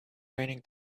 raining